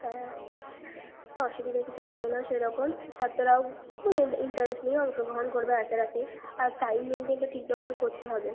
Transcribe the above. হ্যাঁ অসুবিধা কিছু হবে না সেরকম ছাত্ররাও ওই ইন্টারেস্ট নিয়ে অংশগ্রহণ করবে আশা রাখি আর টাইম মেন্টেনটা ঠিক রকম করতে হবে